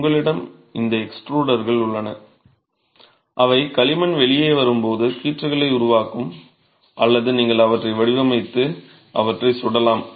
உங்களிடம் இந்த எக்ஸ்ட்ரூடர்கள் உள்ளன அவை களிமண் வெளியே வரும்போது கீற்றுகளை உருவாக்கும் அல்லது நீங்கள் அவற்றை வடிவமைத்து அவற்றை சுடலாம்